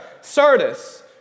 Sardis